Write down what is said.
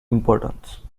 importance